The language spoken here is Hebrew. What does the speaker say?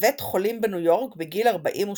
בבית חולים בניו יורק בגיל ארבעים ושמונה.